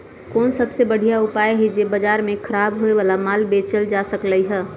कोन सबसे बढ़िया उपाय हई जे से बाजार में खराब होये वाला माल बेचल जा सकली ह?